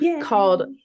called